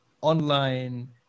online